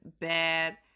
bad